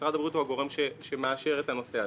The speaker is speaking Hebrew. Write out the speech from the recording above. משרד הבריאות הוא הגורם שמאשר את הנושא הזה.